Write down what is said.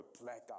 blackout